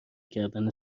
کردن